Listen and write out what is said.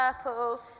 purple